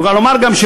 אני מוכרח לומר גם,